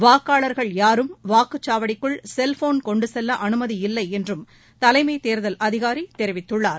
வாக்காளர்கள் யாரும் வாக்குச்சாவடிக்குள் செல்ஃபோன் கொண்டுசெல்ல அனுமதியில்லை என்றும் தலைமைத் தேர்தல் அதிகாரி தெரிவித்துள்ளார்